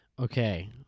Okay